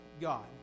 God